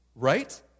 Right